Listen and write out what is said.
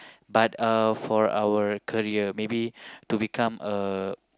but uh for our career maybe to become uh